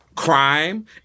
crime